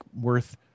worth